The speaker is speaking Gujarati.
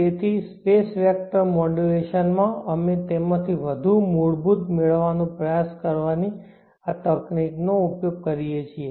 તેથી સ્પેસ વેક્ટર મોડ્યુલેશનમાં અમે તેમાંથી વધુ મૂળભૂત મેળવવાનો પ્રયાસ કરવાની આ તકનીકનો ઉપયોગ કરીએ છીએ